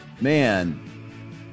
man